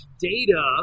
data